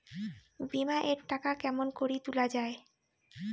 বিমা এর টাকা কেমন করি তুলা য়ায়?